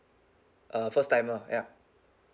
uh first timer ya